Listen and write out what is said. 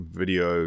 video